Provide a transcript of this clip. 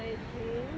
and you